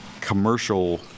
commercial